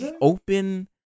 open